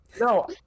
No